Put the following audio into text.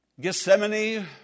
Gethsemane